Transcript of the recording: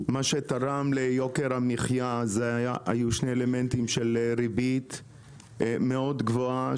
מה שתרם ליוקר המחיה היו שני אלמנטים של ריבית מאוד גבוהה,